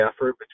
effort